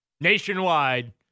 nationwide